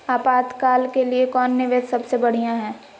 आपातकाल के लिए कौन निवेस सबसे बढ़िया है?